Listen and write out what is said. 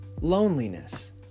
loneliness